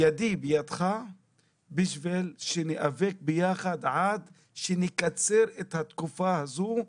ידי בידך בשביל שניאבק יחד עד שנקצר את התקופה הזו.